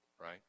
Right